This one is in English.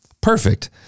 perfect